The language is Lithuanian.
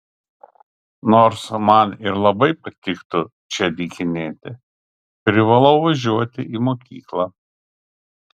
nors man ir labai patiktų čia dykinėti privalau važiuoti į mokyklą